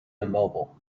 immobile